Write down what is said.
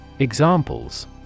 Examples